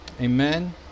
Amen